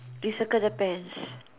we circle the pants